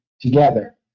together